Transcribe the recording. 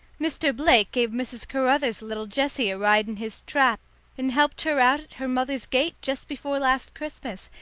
mr. blake gave mrs. caruther's little jessie a ride in his trap and helped her out at her mother's gate just before last christmas,